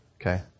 okay